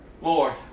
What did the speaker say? Lord